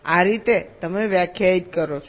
આ રીતે તમે વ્યાખ્યાયિત કરો છો